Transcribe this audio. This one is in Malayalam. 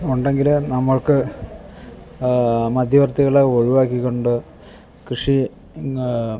ഉണ്ടെങ്കിൽ നമ്മൾക്ക് മധ്യവർത്തികളെ ഒഴിവാക്കിക്കൊണ്ട് കൃഷി ഇങ്ങ്